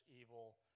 evil